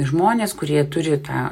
žmonės kurie turi tą